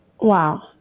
Wow